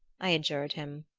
i adjured him.